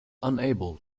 unable